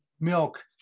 milk